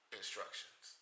instructions